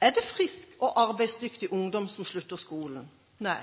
Er det frisk og arbeidsdyktig ungdom som slutter i skolen? Nei.